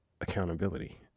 accountability